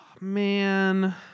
Man